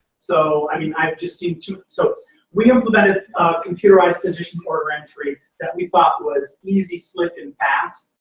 so i mean i've just seen two. so we implemented computerized physician order entry that we thought was easy, slick and fast.